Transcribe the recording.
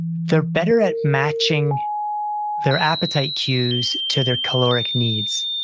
they're better at matching their appetite cues to their caloric needs.